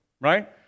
right